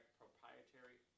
proprietary